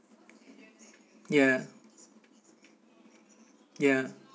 ya ya